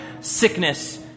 sickness